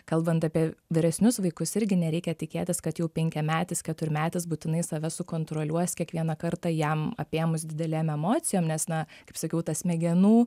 kalbant apie vyresnius vaikus irgi nereikia tikėtis kad jau penkiametis keturmetis būtinai save sukontroliuos kiekvieną kartą jam apėmus didelėm emocijom nes na kaip sakiau tas smegenų